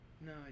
No